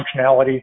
functionality